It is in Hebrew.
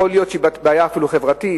יכול להיות שהיא בעיה אפילו חברתית,